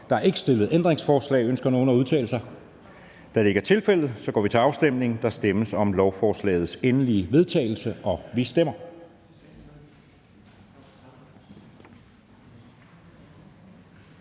Der er ikke stillet ændringsforslag. Ønsker nogen at udtale sig? Da det ikke er tilfældet, går vi til afstemning. Kl. 10:04 Afstemning Formanden (Søren Gade): Der stemmes